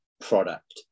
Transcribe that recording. product